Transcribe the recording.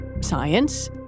science